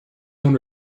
own